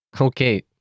Okay